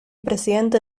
presidente